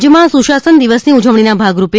રાજયમાં સુશાસન દિવસની ઉજવણીના ભાગરૂપે